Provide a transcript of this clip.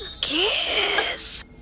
kiss